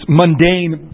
mundane